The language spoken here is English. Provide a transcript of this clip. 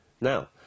Now